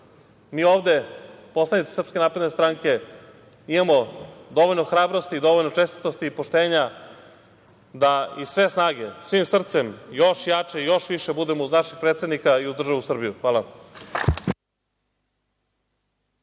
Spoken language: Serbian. Mi ovde, poslanici SNS, imamo dovoljno hrabrosti i dovoljno čestitosti i poštenja da iz sve snage, svim srcem, još jače i još više budemo uz našeg predsednika i uz državu Srbiju. Hvala.